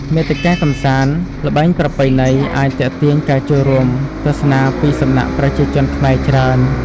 មាតិកាកម្សាន្ត ល្បែងប្រពៃណីអាចទាក់ទាញការចូលរួមទស្សនាពីសំណា់ប្រជាជនខ្មែរច្រើន។